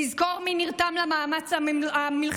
נזכור מי נרתם למאמץ המלחמתי,